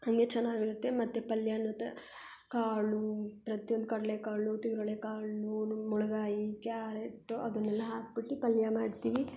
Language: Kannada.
ಹಾಗೆ ಚೆನ್ನಾಗಿರುತ್ತೆ ಮತ್ತು ಪಲ್ಯ ಮತ್ತು ಕಾಳು ಪ್ರತ್ಯೊಂದು ಕಡಲೆ ಕಾಳು ಕಾಳ್ನೂ ಮುಳ್ಗಾಯಿ ಕ್ಯಾರೇಟ್ಟು ಅದನ್ನೆಲ್ಲ ಹಾಕ್ಬಿಟ್ಟು ಪಲ್ಯ ಮಾಡ್ತೀವಿ